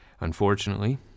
Unfortunately